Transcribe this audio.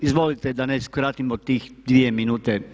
Izvolite, da ne uskratimo tih dvije minute.